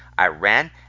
Iran